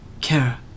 Kara